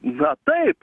na taip